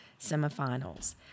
semifinals